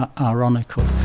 ironical